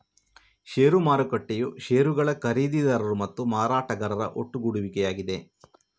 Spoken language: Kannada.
ಷೇರು ಮಾರುಕಟ್ಟೆಯು ಷೇರುಗಳ ಖರೀದಿದಾರರು ಮತ್ತು ಮಾರಾಟಗಾರರ ಒಟ್ಟುಗೂಡುವಿಕೆಯಾಗಿದೆ